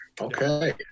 Okay